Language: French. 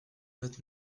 vingt